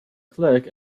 clerk